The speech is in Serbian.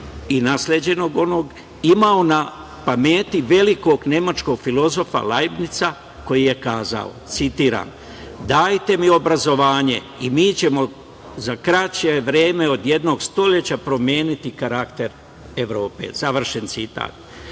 i nasleđenog onog, imao na pameti velikog nemačkog filozofa Lajbnica, koji je kazao, citiram: „Dajte mi obrazovanje i mi ćemo za kraće vreme od jednog stoleća promeniti karakter Evrope“. Završen